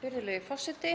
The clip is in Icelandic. Virðulegur forseti.